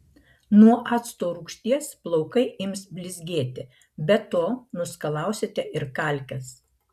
nuo acto rūgšties plaukai ims blizgėti be to nuskalausite ir kalkes